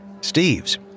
Steve's